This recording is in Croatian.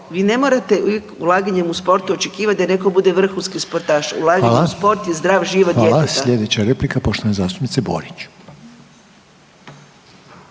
vi ne morate ulaganjem u sportu očekivat da neko bude vrhunski sportaš, ulaganje u sport je zdrav život djeteta. **Reiner, Željko (HDZ)** Hvala. Sljedeća replika poštovana zastupnica Borić.